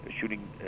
shooting